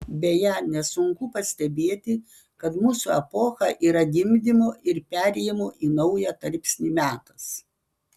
beje nesunku pastebėti kad mūsų epocha yra gimdymo ir perėjimo į naują tarpsnį metas